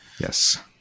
Yes